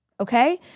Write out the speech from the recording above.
okay